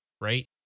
right